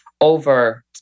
over